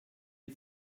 die